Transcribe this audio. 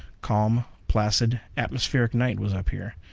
calm, placid, atmospheric night was up here.